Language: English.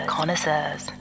Connoisseurs